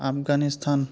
Afghanistan